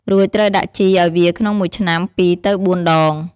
រួចត្រូវដាក់ជីឱ្យវាក្នុងមួយឆ្នាំ ២ ទៅ ៤ ដង។